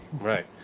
Right